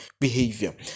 behavior